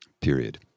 period